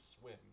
swim